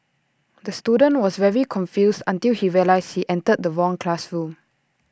the student was very confused until he realised he entered the wrong classroom